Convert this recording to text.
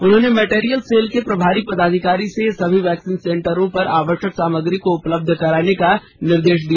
उन्होंने material cell के प्रभारी पदाधिकारी से सभी वैक्सीनेशन सेंटर पर आवश्यक सामग्री को उपलब्ध कराने का निर्देश दिया